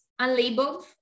unlabeled